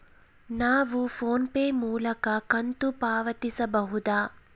ನಾವು ಫೋನ್ ಪೇ ಮೂಲಕ ಕಂತು ಪಾವತಿಸಬಹುದಾ?